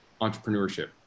entrepreneurship